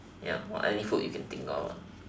ya any food you can think of